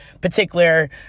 particular